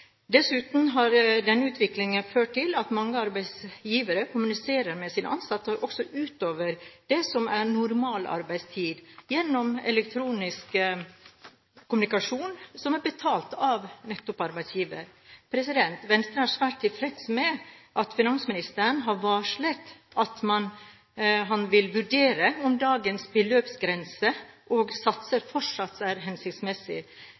Dessuten har denne utviklingen ført til at mange arbeidsgivere kommuniserer med sine ansatte også utover det som er normal arbeidstid, gjennom elektronisk kommunikasjon som er betalt av nettopp arbeidsgiver. Venstre er svært tilfreds med at finansministeren har varslet at han vil vurdere om dagens beløpsgrenser og satser fortsatt er